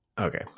okay